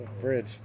bridge